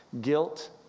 guilt